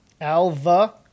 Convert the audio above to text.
Alva